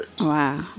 wow